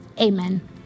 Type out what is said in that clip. Amen